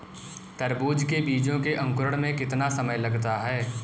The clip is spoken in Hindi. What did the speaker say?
तरबूज के बीजों के अंकुरण में कितना समय लगता है?